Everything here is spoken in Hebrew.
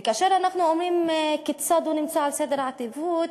וכאשר אנחנו אומרים היכן הוא נמצא בסדר העדיפויות,